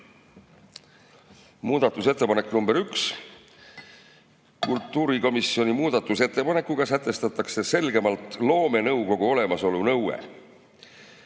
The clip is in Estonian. Muudatusettepanek nr 1: kultuurikomisjoni muudatusettepanekuga sätestatakse selgemalt loomenõukogu olemasolu nõue.